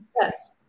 Yes